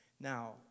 Now